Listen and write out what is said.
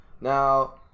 Now